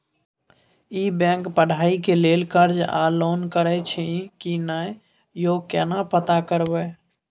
ई bank पढ़ाई के लेल कर्ज आ लोन करैछई की नय, यो केना पता करबै?